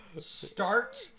Start